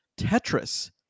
Tetris